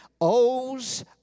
owes